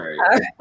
right